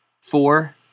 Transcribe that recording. four